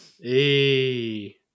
Hey